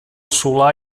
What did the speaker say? solar